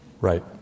Right